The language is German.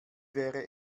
wäre